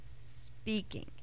speaking